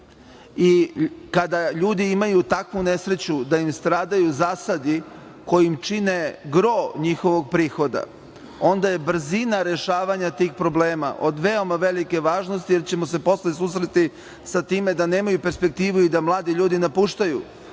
i kada ljudi imaju takvu nesreću da im stradaju zasadi koji im čine gro njihovog prihoda, onda je brzina rešavanja tih problema od veoma velike važnosti, jer ćemo se posle susresti sa time da nemaju perspektivu i da mladi ljudi napuštaju